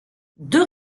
deux